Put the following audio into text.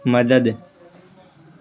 مدد